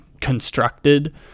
constructed